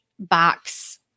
box